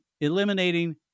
eliminating